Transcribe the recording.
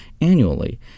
annually